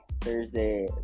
Thursday